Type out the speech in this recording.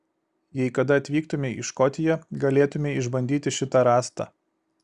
jei kada atvyktumei į škotiją galėtumei išbandyti šitą rąstą